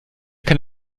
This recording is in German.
kann